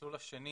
המסלול השני